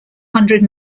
hundred